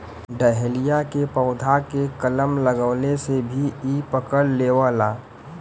dahlia के पौधा के कलम लगवले से भी इ पकड़ लेवला